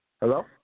Hello